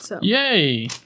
Yay